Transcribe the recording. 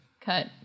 cut